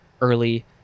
early